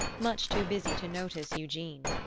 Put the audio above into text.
much too busy to notice eugene.